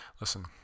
listen